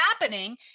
happening